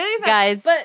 Guys